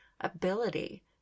ability